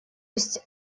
есть